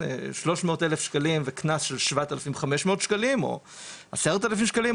300 אלף שקלים זה קנס של 7,500 שקלים או 10,000 שקלים.